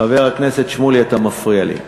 חבר הכנסת שמולי, אתה מפריע לי.